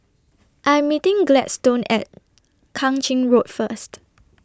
I'm meeting Gladstone At Kang Ching Road First